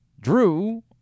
Drew